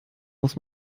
muss